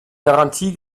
garantie